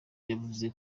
yavuze